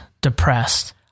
depressed